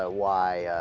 ah why ah.